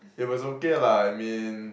it was okay lah I mean